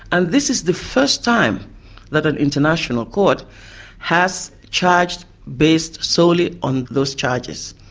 and this is the first time that an international court has charged based solely on those charges.